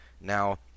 Now